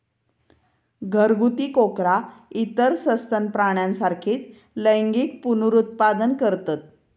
घरगुती कोकरा इतर सस्तन प्राण्यांसारखीच लैंगिक पुनरुत्पादन करतत